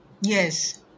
Yes